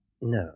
No